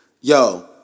Yo